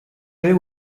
jeux